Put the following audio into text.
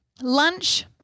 Lunch